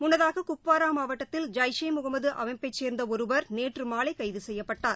முன்னதாக குப்புவாரா மாவட்டத்தில் ஜஜஷே முகமது அமைப்பை சேர்ந்த ஒருவர் நேற்று மாலை கைது செய்யப்பட்டார்